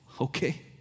Okay